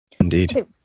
indeed